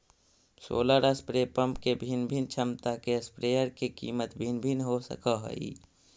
solar spray pump के भिन्न भिन्न क्षमता के स्प्रेयर के कीमत भिन्न भिन्न हो सकऽ हइ